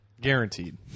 Guaranteed